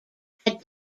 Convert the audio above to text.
had